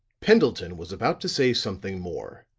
pendleton was about to say something more,